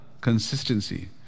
consistency